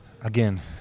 Again